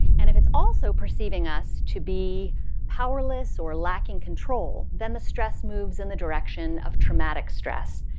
and if it's also perceiving us to be powerless or lacking control, then the stress moves in the direction of traumatic stress.